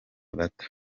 bato